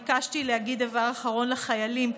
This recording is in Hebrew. ביקשתי להגיד דבר אחרון לחיילים,